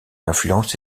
influence